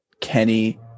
kenny